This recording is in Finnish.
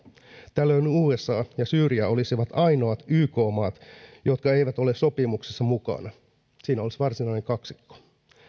tällöin usa ja syyria olisivat ainoat yk maat jotka eivät ole sopimuksessa mukana siinä olisi varsinainen kaksikko